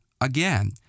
again